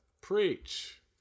Preach